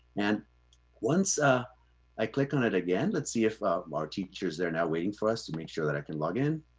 and once ah i click on it again, let's see if there ah are teachers there now waiting for us to make sure that i can login.